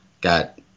got